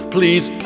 Please